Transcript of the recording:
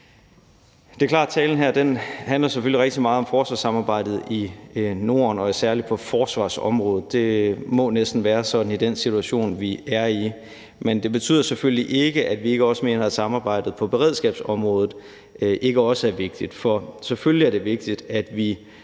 Det er klart, at talen her selvfølgelig handler rigtig meget om forsvarssamarbejdet i Norden, særlig på forsvarsområdet. Det må næsten være sådan i den situation, vi er i, men det betyder selvfølgelig ikke, at vi ikke også mener, at samarbejdet på beredskabsområdet er vigtigt. For selvfølgelig er det vigtigt, at vi